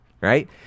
right